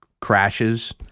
crashes